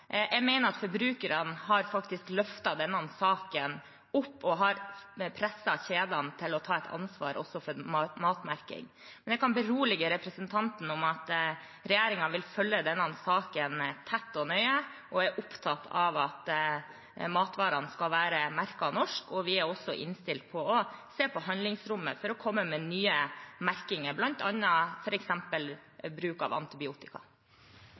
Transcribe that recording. Jeg mener at forbrukerne faktisk har løftet denne saken opp og presset kjedene til å ta et ansvar også for matmerking. Jeg kan berolige representanten med at regjeringen vil følge denne saken tett og nøye. Vi er opptatt av at matvarene skal være merket norske. Vi er også innstilt på å se på handlingsrommet for å komme med nye merkinger, f.eks. bruk av antibiotika.